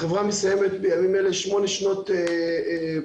החברה מסיימת בימים אלה שמונה שנות פעילות,